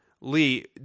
Lee